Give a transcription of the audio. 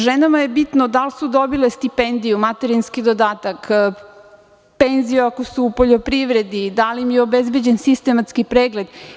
Ženama je bitno da li su dobile stipendiju, materinski dodatak, penziju ako su u poljoprivredi, da li im je obezbeđen sistematski pregled.